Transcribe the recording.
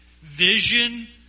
vision